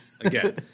again